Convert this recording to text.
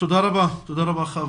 תודה רבה, חוה.